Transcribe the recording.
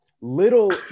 Little